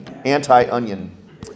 Anti-onion